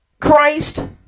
christ